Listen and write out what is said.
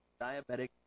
diabetic